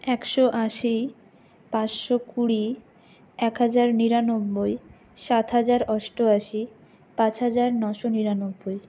একশো আশি পাঁচশো কুড়ি এক হাজার নিরানব্বই সাত হাজার অষ্টআশি পাঁচ হাজার নশো নিরানব্বই